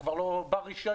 הוא כבר לא בר רישיון.